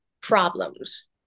problems